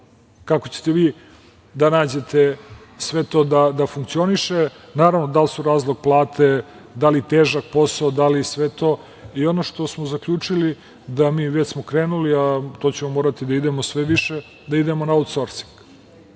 kako ćete vi da nađete sve to da funkcioniše. Naravno, da li su razlog plate, da li težak posao, da li sve to. Ono što smo zaključili, već smo krenuli, a to ćemo morati da idemo sve više, da idemo na autsorsing.